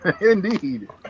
Indeed